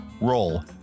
roll